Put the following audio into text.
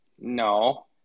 No